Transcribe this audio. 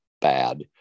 bad